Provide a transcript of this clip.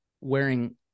wearing